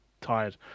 tired